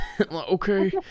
okay